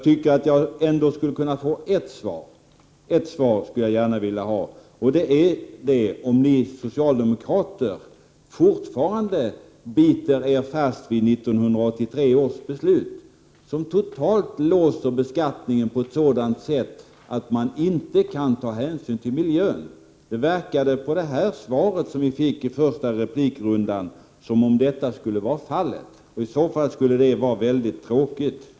Men jag skulle gärna vilja ha ett svar på frågan om ni socialdemokrater fortfarande håller fast vid 1983 års beslut — ett beslut som låser beskattningen på ett sådant sätt att man inte kan ta hänsyn till miljön. Av det svar som vi fick i den första replikomgången verkade det som om det skulle vara fallet. Det vore i så fall mycket tråkigt.